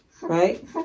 Right